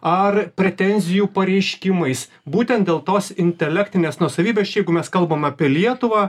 ar pretenzijų pareiškimais būtent dėl tos intelektinės nuosavybės čia jeigu mes kalbam apie lietuvą